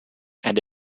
and